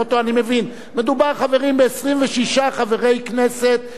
מדובר, חברים, ב-26 חברי כנסת שהם אופוזיציה.